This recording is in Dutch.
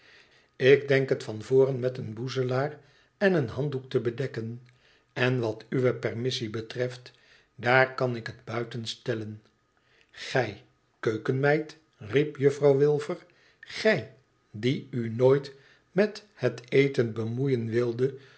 ik denk het van voren met een boezelaar en een handdoek te bedekken en wat uwe permissie betreft daar kan ik het buiten stellen gij keukenmeid riep juffrouw wilfer gij die u nooit met het eten bemoeien wildet